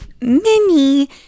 mini